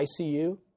ICU